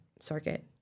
circuit